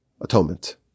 atonement